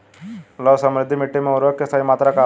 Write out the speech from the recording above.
लौह समृद्ध मिट्टी में उर्वरक के सही मात्रा का होला?